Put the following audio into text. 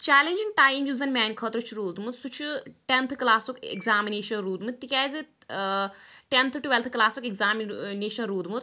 challenging time یُس زَن میٛانہِ خٲطرٕ چھُ روٗدمُت سُہ چھُ ٹیٚنتھہٕ کلاسُک ایٚگزامِنیشَن روٗدمُت تِکیٛازِ ٲں ٹیٚنتھہٕ ٹُویٚلتھہٕ کَلاسُک ایٚگزامنیشَن روٗدمُت